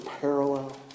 parallel